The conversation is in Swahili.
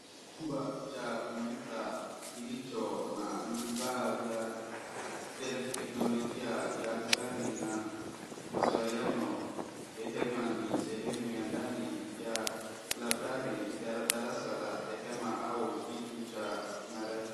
Chumba cha kompyuta kilicho na vifaa vya teknolojia ya habari na mawasiliano tehema ni sehemu ya ndani ya library darasa la tehema au kitu cha marafa